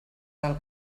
del